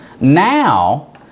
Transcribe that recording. Now